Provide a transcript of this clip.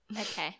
Okay